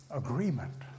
agreement